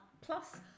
Plus